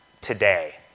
today